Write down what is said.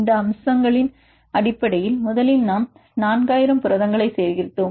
இந்த அம்சங்களின் அடிப்படையில் முதலில் நாம் 4000 புரதங்களை சேகரித்தோம்